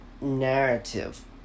narrative